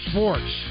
Sports